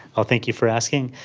ah thank you for asking.